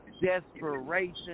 desperation